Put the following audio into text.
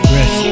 Rest